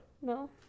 No